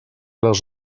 les